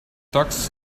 tux